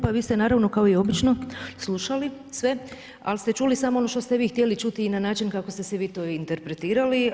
Pa vi ste naravno kao i obično slušali sve, ali ste čuli samo ono što ste vi htjeli čuti i na način kako ste si vi to interpretirali.